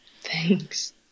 Thanks